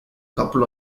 couple